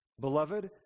Beloved